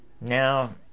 now